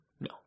No